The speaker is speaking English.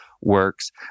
works